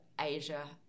Asia